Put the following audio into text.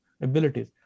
abilities